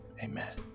amen